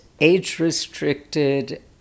age-restricted